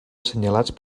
assenyalats